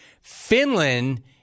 Finland